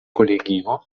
kolegio